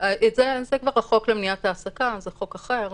זה כבר החוק למניעת העסקה, זה חוק אחר.